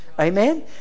Amen